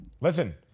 Listen